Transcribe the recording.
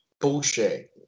bullshit